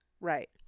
right